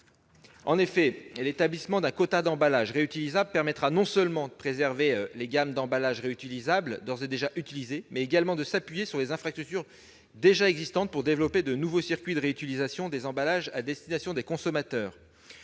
En effet, l'établissement d'un quota d'emballages réutilisables permettra non seulement de préserver les gammes d'emballages réutilisables d'ores et déjà mises en oeuvre, mais également de s'appuyer sur les infrastructures existantes pour développer de nouveaux circuits de réutilisation des emballages à destination des consommateurs.